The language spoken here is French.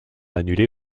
annulée